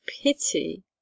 pity